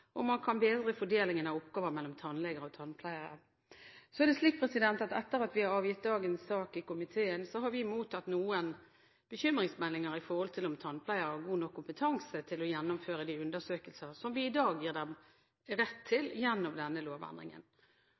man kan bedre fordelingen av oppgaver mellom tannleger og tannpleiere. Etter at vi har avgitt dagens sak i komiteen, har vi mottatt noen bekymringsmeldinger med hensyn til om tannpleier har god nok kompetanse til å gjennomføre de undersøkelser som vi i dag gir dem rett til gjennom denne lovendringen.